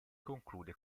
conclude